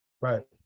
Right